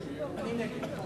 אני נגד.